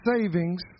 savings